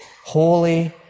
Holy